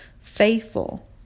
faithful